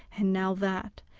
and now that,